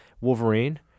Wolverine